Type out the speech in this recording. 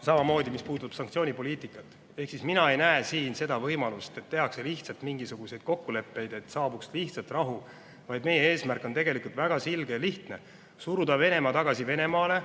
samamoodi sanktsioonipoliitikat. Ehk siis mina ei näe siin võimalust, et tehakse lihtsalt mingisugused kokkulepped, et saabuks rahu. Meie eesmärk on tegelikult väga selge ja lihtne: suruda Venemaa tagasi Venemaale